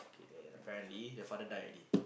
then apparently her father die already